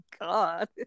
god